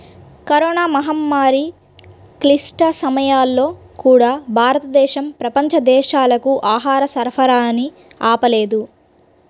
corona మహమ్మారి క్లిష్ట సమయాల్లో కూడా, భారతదేశం ప్రపంచ దేశాలకు ఆహార సరఫరాని ఆపలేదు